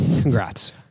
congrats